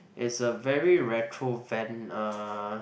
it's a very retro van uh